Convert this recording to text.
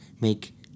make